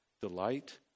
delight